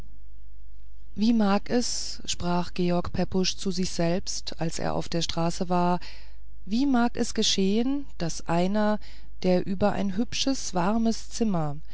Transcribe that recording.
wie mag es sprach george pepusch zu sich selbst als er auf der straße war wie mag es geschehen daß einer der über ein hübsches warmes zimmer